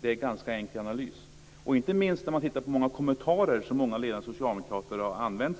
Det är en ganska enkel analys - inte minst när man tittar på de kommentarer som många ledande socialdemokrater har använt